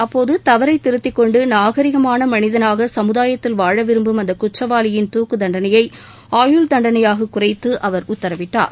அப்போது தவறை திருத்திக்கொண்டு நாகரிகமான மனிதனாக சமுதாயத்தில் வாழ விரும்பும் குற்றவாளியின் துக்குத்தண்டனையை ஆயுள் தண்டனையாக குறைத்து அந்த அவர் உத்தரவிட்டார்